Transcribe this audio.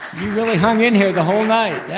you really hung in here the whole night, that